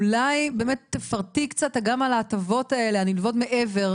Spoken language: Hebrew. אולי באמת תפרטי קצת גם על ההטבות הנלוות האלה מעבר.